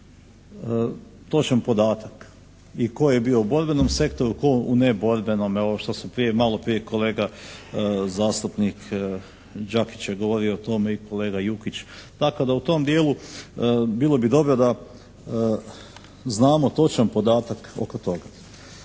točan podatak i tko je bio u borbenom sektoru, tko u neborbenome ovo što su prije, maloprije kolega zastupnik Đapić je govorio o tome i kolega Jukić. Dakle da u tom dijelu bilo bi dobro da znamo točan podatak oko toga.